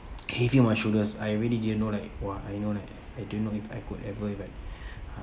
caving on my shoulders I really didn't know like !wah! I know like I didn't know if I could ever like